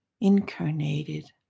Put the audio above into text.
incarnated